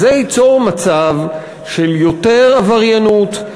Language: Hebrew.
זה ייצור מצב של יותר עבריינות,